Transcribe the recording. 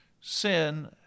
Sin